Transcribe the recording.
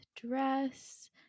dress